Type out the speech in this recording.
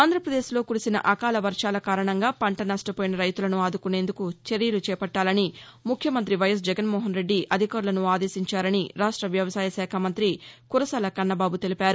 ఆంధ్రపదేశ్లో కురిసిన అకాల వర్షాల కారణంగా పంట నష్టపోయిన రైతులను ఆదుకునేందుకు చర్యలు చేపట్లాలని ముఖ్యమంత్రి వైఎస్ జగన్మోహన్రెడ్డి అధికారులను ఆదేశించారని రాష్ట వ్యవసాయ శాఖ మంత్రి కురసాల కన్నబాబు తెలిపారు